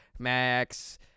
Max